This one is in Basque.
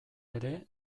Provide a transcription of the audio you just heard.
ere